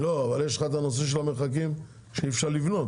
אבל יש לך את הנושא של המרחקים שאי אפשר לבנות.